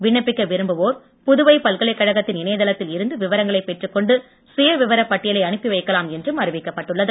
விண்ணப்பிக்க விரும்புவோர் புதுவை பல்கலைக்கழகத்தின் இணையதளத்தில் இருந்து விவரங்களை பெற்றுக் கொண்டு சுயவிவரப் பட்டியலை அனுப்பி வைக்கலாம் என்றும் அறிவிக்கப்பட்டுள்ளது